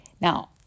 Now